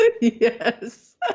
Yes